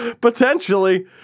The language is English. Potentially